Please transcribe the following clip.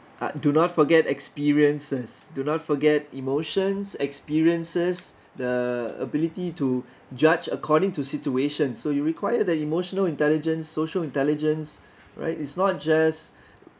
uh do not forget experiences do not forget emotions experiences the ability to judge according to situations so you require the emotional intelligence social intelligence right it's not just